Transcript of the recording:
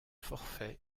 forfait